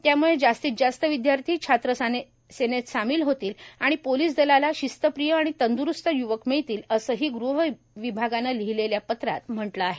त्याम्ळे जास्तीत जास्त विद्यार्थी छात्रसेनेत सामील होतील आणि पोलीस दलाला शिस्तप्रिय आणि तंद्रुस्त य्वक मिळतील असंही ग़ह विभागानं लिहिलेल्या पत्रात म्हटलं आहे